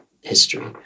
history